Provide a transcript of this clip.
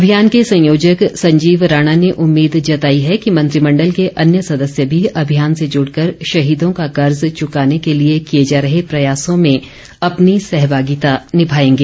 अभियान के संयोजक संजीव रॉणा ने उम्मीद जताई है कि मंत्रिमण्डल के अन्य सदस्य भी अभियान से जुड़कर शहीदों का कर्ज च्काने के लिए किए जा रहे प्रयासों में अपनी सहभागिता निभाएंगे